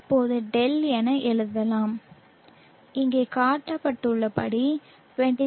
இப்போது δ என எழுதலாம் இங்கே காட்டப்பட்டுள்ளபடி 23